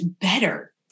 better